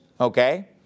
Okay